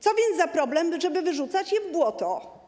Co więc za problem, żeby wyrzucać je w błoto?